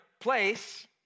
place